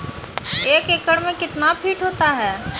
एक एकड मे कितना फीट होता हैं?